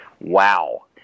wow